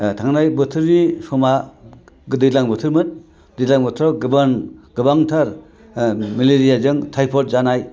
थांनाय बोथोरनि समा दैज्लां बोथोरमोन दैज्लां बोथोराव गोबां गोबांथार मेलेरियाजों टायफयड जानाय